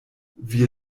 wir